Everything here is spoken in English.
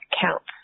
counts